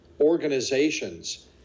organizations